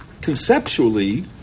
conceptually